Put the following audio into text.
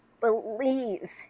believe